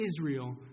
Israel